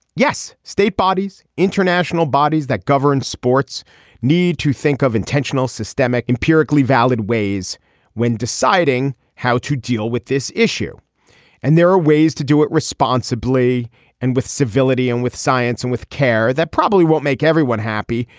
yes state bodies international bodies that govern sports need to think of intentional systemic empirically valid ways when deciding how to deal with this issue and there are ways to do it responsibly and with civility and with science and with care that probably won't make everyone happy.